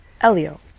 Elio